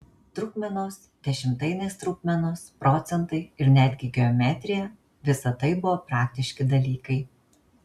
trupmenos dešimtainės trupmenos procentai ir netgi geometrija visa tai buvo praktiški dalykai